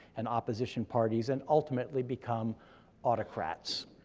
and opposition parties, and ultimately become autocrats.